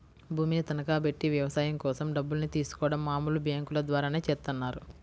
భూమిని తనఖాబెట్టి వ్యవసాయం కోసం డబ్బుల్ని తీసుకోడం మామూలు బ్యేంకుల ద్వారానే చేత్తన్నారు